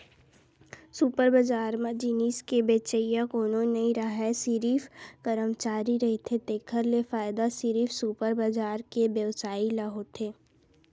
super बजार म जिनिस के बेचइया कोनो नइ राहय सिरिफ करमचारी रहिथे तेखर ले फायदा सिरिफ सुपर बजार के बेवसायी ल होथे